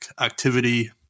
activity